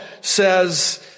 says